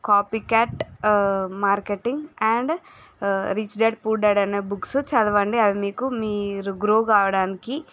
copy cat marketing and rich dad poor dad అనే books చదవండి అవి మీకు మీరు గ్రో కావడానికి